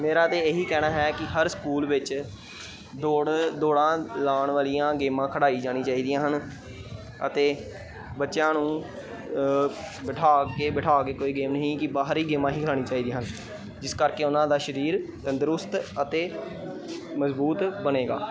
ਮੇਰਾ ਤਾਂ ਇਹੀ ਕਹਿਣਾ ਹੈ ਕਿ ਹਰ ਸਕੂਲ ਵਿੱਚ ਦੌੜ ਦੌੜਾਂ ਲਾਉਣ ਵਾਲੀਆਂ ਗੇਮਾਂ ਖਿਡਾਈ ਜਾਣੀ ਚਾਹੀਦੀਆਂ ਹਨ ਅਤੇ ਬੱਚਿਆਂ ਨੂੰ ਬਿਠਾ ਕੇ ਬਿਠਾ ਕੇ ਕੋਈ ਗੇਮ ਨਹੀਂ ਕਿ ਬਾਹਰੀ ਗੇਮਾਂ ਹੀ ਖਿਲਾਣੀ ਚਾਹੀਦੀਆਂ ਹਨ ਜਿਸ ਕਰਕੇ ਉਹਨਾਂ ਦਾ ਸਰੀਰ ਤੰਦਰੁਸਤ ਅਤੇ ਮਜ਼ਬੂਤ ਬਣੇਗਾ